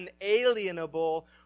unalienable